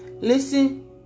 listen